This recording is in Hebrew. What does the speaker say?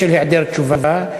בהיעדר תשובה,